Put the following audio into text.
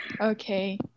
Okay